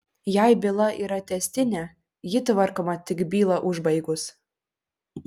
jei byla yra tęstinė ji tvarkoma tik bylą užbaigus